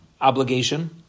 obligation